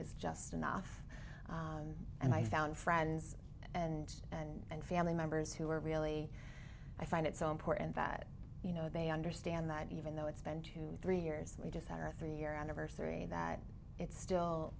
is just enough and i found friends and and family members who are really i find it so important that you know they understand that even though it's been two or three years we just had our three year anniversary that it's still